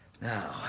Now